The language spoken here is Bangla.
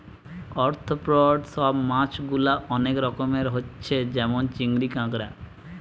আর্থ্রোপড সব মাছ গুলা অনেক রকমের হচ্ছে যেমন চিংড়ি, কাঁকড়া